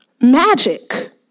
magic